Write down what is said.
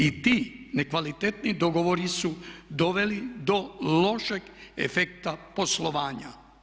I ti nekvalitetni dogovori su doveli do lošeg efekta poslovanja.